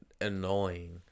annoying